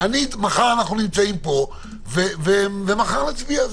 מחר אנחנו נמצאים פה ומחר נצביע.